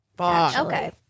okay